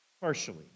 partially